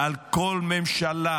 על כל ממשלה